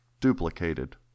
duplicated